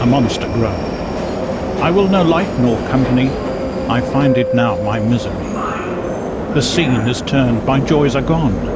a monster grown i will no light nor company i find it now my misery the scene is turn'd, my joys are gone